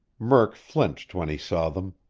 murk flinched when he saw them.